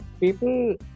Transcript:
people